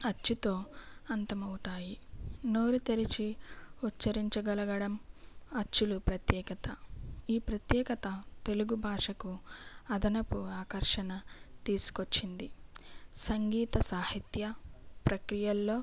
అచ్చుతో అంతం అవుతాయి నోరు తెరిచి ఉచ్చరించగలగడం అచ్చులు ప్రత్యేకత ఈ ప్రత్యేకత తెలుగు భాషకు అదనపు ఆకర్షణ తీసుకొచ్చింది సంగీత సాహిత్య ప్రక్రియల్లో